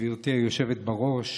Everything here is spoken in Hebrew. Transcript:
גברתי היושבת-ראש,